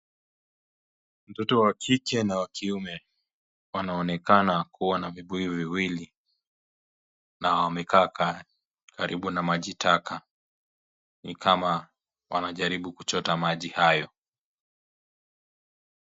Mtoto wa kike na wa kiume. Wanaonekana kuwa na vibuyu viwili na wamekaa karibu na maji taka ni kama wanajaribu kuchota maji hayo.